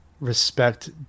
respect